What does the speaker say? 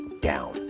down